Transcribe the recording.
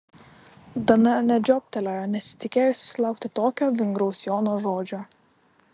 dana net žiobtelėjo nesitikėjusi sulaukti tokio vingraus jono žodžio